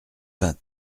vingt